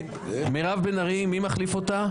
מירב בן ארי מי מחליף אותה?